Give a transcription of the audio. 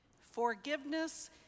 Forgiveness